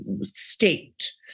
state